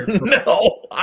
no